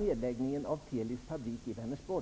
arbetslösheten i regionen.